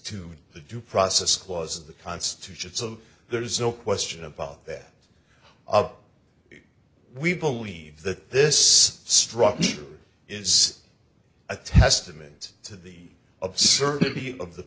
due process clause of the constitution so there is no question about that up we believe that this struck me is a testament to the absurdity of the